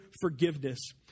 forgiveness